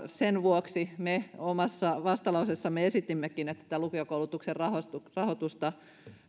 sen vuoksi me omassa vastalauseessamme esitimmekin että tätä lukiokoulutuksen rahoitusta